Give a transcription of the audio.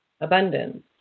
abundance